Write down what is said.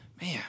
man